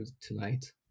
tonight